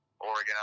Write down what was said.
Oregon